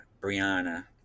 Brianna